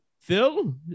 Phil